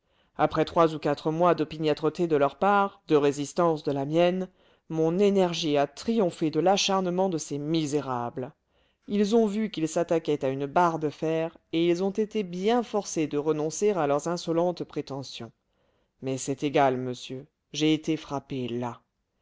après trois ou quatre mois d'opiniâtreté de leur part de résistance de la mienne mon énergie a triomphé de l'acharnement de ces misérables ils ont vu qu'ils s'attaquaient à une barre de fer et ils ont été bien forcés de renoncer à leurs insolentes prétentions mais c'est égal monsieur j'ai été frappé là